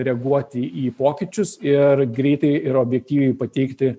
reaguoti į pokyčius ir greitai ir objektyviai pateikti